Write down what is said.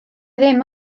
ddim